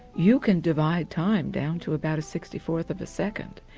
you can divide time down to about a sixty fourth of a second.